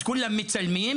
אז כולם מצלמים.